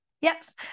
yes